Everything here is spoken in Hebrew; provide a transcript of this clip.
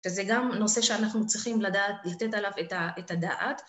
וזה גם נושא שאנחנו צריכים לתת עליו את הדעת.